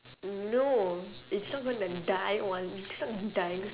no it's not gonna die or it's not dying